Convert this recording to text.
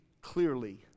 clearly